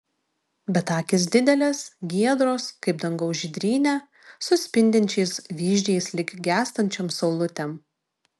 bet akys didelės giedros kaip dangaus žydrynė su spindinčiais vyzdžiais lyg gęstančiom saulutėm